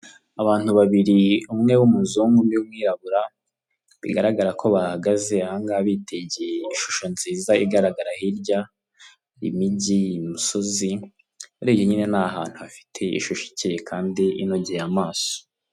Abantu babiri umwe w'umuzungu n'undi n'umwirabura bigaragara ko bahagaze aha ngaha bitegeye ishusho nziza igaragara hirya, imigi, imisozi, urebye nyine ni ahantu hafite ishusho ikeye kandi inogeye amaso.